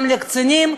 גם לקצינים,